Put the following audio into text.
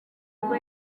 ubwo